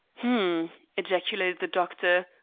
ejaculated the doctor,